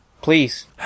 Please